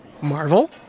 Marvel